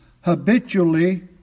habitually